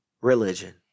Religion